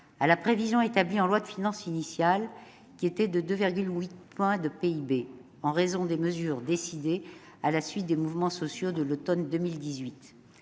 à la prévision établie en loi de finances initiale, qui était de 2,8 points de PIB, en raison des mesures décidées à la suite des mouvements sociaux de l'automne 2018.